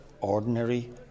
ordinary